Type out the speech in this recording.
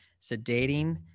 sedating